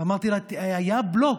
אמרתי לה: היה בלוק.